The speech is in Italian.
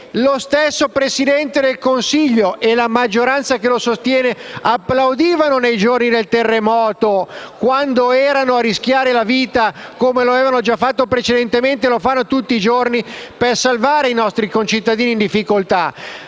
proprio il Presidente del Consiglio e la maggioranza che lo sostiene applaudivano nei giorni del terremoto, quando erano lì a rischiare la vita, come avevano già fatto precedentemente e fanno tutti i giorni, per salvare i nostri concittadini in difficoltà,